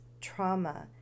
trauma